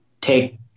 take